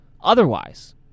otherwise